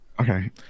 Okay